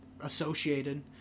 associated